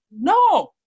No